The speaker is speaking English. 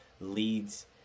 leads